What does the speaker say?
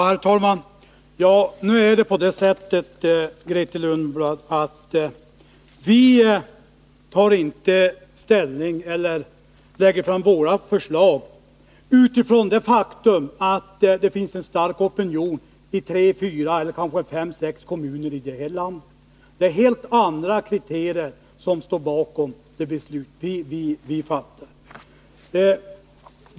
Herr talman! Vi lägger inte fram våra förslag utifrån det förhållandet att det finns en stark opinion i tre fyra eller kanske fem sex kommuner i landet. Det är helt andra kriterier som är avgörande för vår inställning.